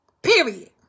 Period